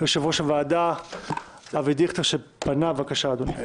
יושב-ראש הוועדה שפנה, אבי דיכטר, בבקשה אדוני.